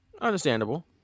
understandable